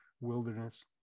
wilderness